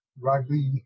rugby